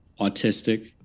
autistic